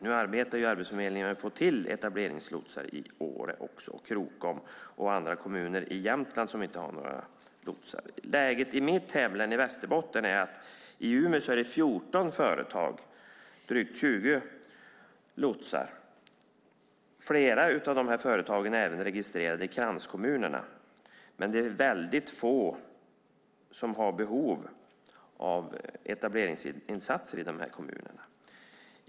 Nu arbetar Arbetsförmedlingen med att få fram etableringslotsar i Åre, Krokom och andra kommuner i Jämtland där det inte finns några. Läget i mitt hemlän Västerbotten är att det i Umeå handlar om 14 företag och drygt 20 lotsar. Flera av dessa företag är registrerade även i kranskommunerna. Det är dock väldigt få i dessa kommuner som har behov av etableringsinsatser.